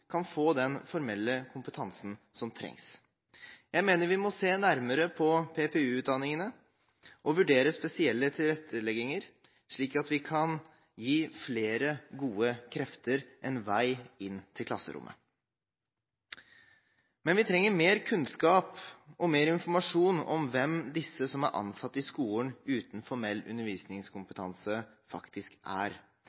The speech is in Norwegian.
kan få den formelle kompetansen som trengs. Jeg mener vi må se nærmere på PPU-utdanningene og vurdere spesielle tilrettelegginger, slik at vi kan gi flere gode krefter en vei inn til klasserommet. Men vi trenger mer kunnskap og mer informasjon om hvem disse som er ansatt i skolen uten formell